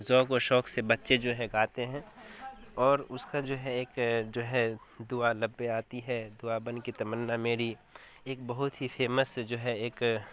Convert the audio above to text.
ذوق و شوق سے بچے جو ہے گاتے ہیں اور اس کا جو ہے ایک جو ہے دعا لب پہ آتی ہے دعا بن کے تمنا میری ایک بہت ہی فیمس جو ہے ایک